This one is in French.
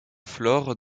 flore